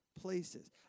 places